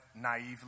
naively